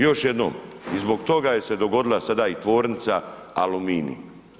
Još jednom i zbog toga je se dogodila sada i tvornica Aluminij.